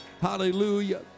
Hallelujah